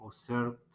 observed